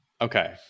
Okay